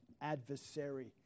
adversary